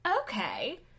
okay